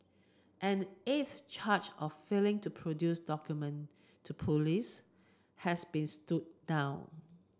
an eighth charge of failing to produce document to police has been stood down